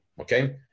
okay